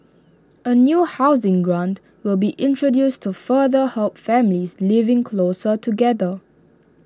A new housing grant will be introduced to further help families living closer together